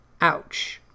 ouch